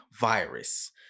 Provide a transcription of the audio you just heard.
virus